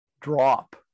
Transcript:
drop